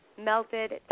melted